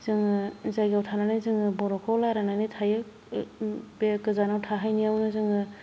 जोंङो जायगायाव थानानै जोंङो बर'खौ रायलायनानै थायो बे गोजानाव थाहैनायावनो जोंङो